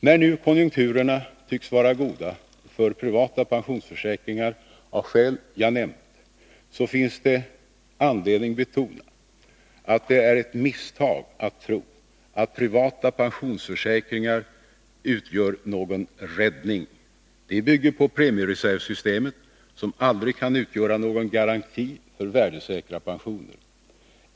När nu konjunkturerna tycks vara goda för privata pensionsförsäkringar, av skäl jag nämnt, så finns det anledning betona att det är ett misstag att tro att privata pensionsförsäkringar utgör någon räddning. De bygger på premiereservsystemet, som aldrig kan utgöra någon garanti för värdesäkra pensioner.